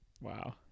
Wow